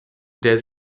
der